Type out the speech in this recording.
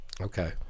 Okay